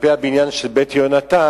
כלפי הבניין של "בית יהונתן",